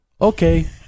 Okay